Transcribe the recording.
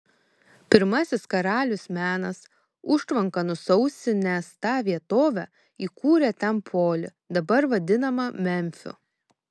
pirmasis karalius menas užtvanka nusausinęs tą vietovę įkūrė ten polį dabar vadinamą memfiu